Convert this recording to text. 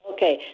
Okay